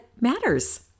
matters